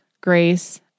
grace